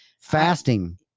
Fasting